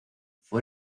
fue